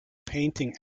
painting